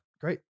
Great